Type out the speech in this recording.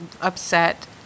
upset